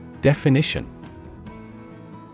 Definition